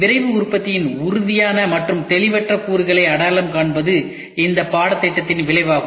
விரைவு உற்பத்தியின் உறுதியான மற்றும் தெளிவற்ற கூறுகளை அடையாளம் காண்பது இந்த பாடத்தின் விளைவாகும்